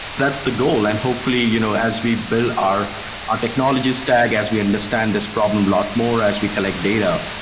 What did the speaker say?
that's the goal and hopefully, you know as we build our ah technology stack, as we understand this problem a lot more, as we collect data,